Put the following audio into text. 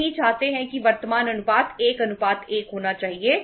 हम नहीं चाहते हैं कि वर्तमान अनुपात 1 1 होना चाहिए